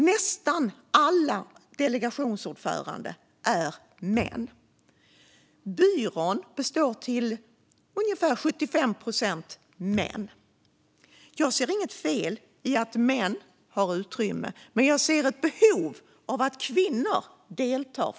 Nästan alla delegationsordförande är män. Byrån består till ungefär 75 procent av män. Jag ser inget fel i att män har utrymme, men jag ser ett behov av att kvinnor deltar.